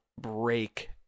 break